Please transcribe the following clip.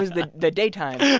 was the the daytime. yeah